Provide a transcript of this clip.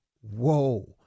whoa